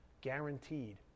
Guaranteed